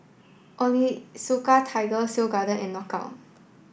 Onitsuka Tiger Seoul Garden and Knockout